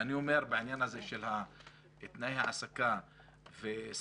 ואני אומר בעניין הזה של תנאי ההעסקה ושכר,